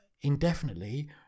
indefinitely